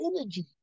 energy